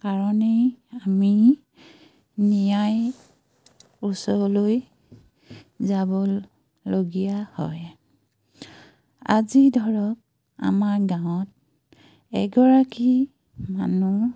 কাৰণেই আমি ন্যায় ওচৰলৈ যাবলগীয়া হয় আজি ধৰক আমাৰ গাঁৱত এগৰাকী মানুহ